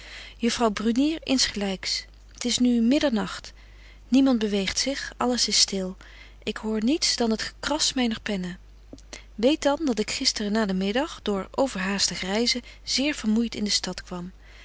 juffrouw brunier insgelyks t is nu middernagt niemand beweegt zich alles is stil ik hoor niets dan t gekras myner penne weet dan dat ik gister nadenmiddag door overhaastig reizen zeer vermoeit in de stad kwam